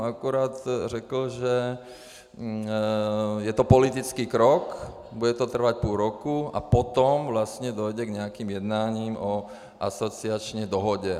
Akorát jsem řekl, že je to politický krok, bude to trvat půl roku a potom vlastně dojde k nějakým jednáním o asociační dohodě.